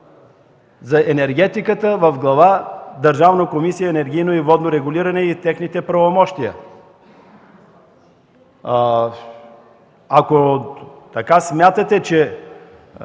за енергетиката в Глава „Държавна комисия за енергийно и водно регулиране и техните правомощия”? Ако смятате, че